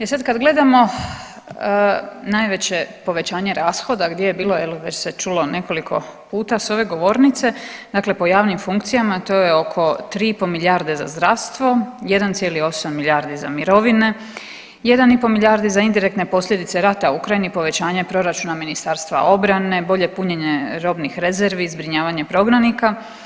E sad kad gledamo najveće povećanje rashoda gdje je bilo, već se čulo nekoliko puta sa ove govornice, dakle po javnim funkcijama to je oko 3 i pol milijarde za zdravstvo, 1,8 milijardi za mirovine, 1 i pol milijardi za indirektne posljedice rata u Ukrajini, povećanje proračuna Ministarstva obrane, bolje punjenje robnih rezervi, zbrinjavanje prognanika.